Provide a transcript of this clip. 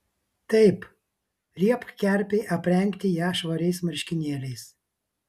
taip liepk kerpei aprengti ją švariais marškinėliais